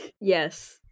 Yes